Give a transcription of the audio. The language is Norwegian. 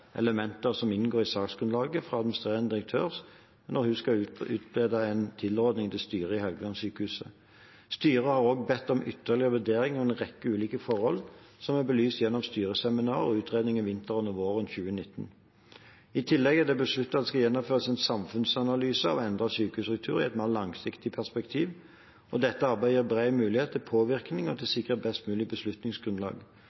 elementer som inngår i saksgrunnlaget fra administrerende direktør når hun skal utarbeide en tilrådning til styret i Helgelandssykehuset. Styret har også bedt om ytterligere vurdering av en rekke ulike forhold som er belyst gjennom styreseminar og utredninger vinteren og våren 2019. I tillegg er det besluttet at det skal gjennomføres en samfunnsanalyse av endret sykehusstruktur i et mer langsiktig perspektiv, og dette arbeidet gir bred mulighet til påvirkning og til